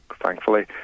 thankfully